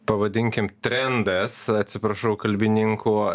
pavadinkim trendas atsiprašau kalbininkų